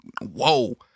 whoa